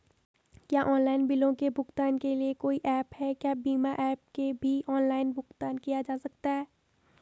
क्या ऑनलाइन बिलों के भुगतान के लिए कोई ऐप है क्या बिना ऐप के भी ऑनलाइन भुगतान किया जा सकता है?